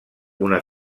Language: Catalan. una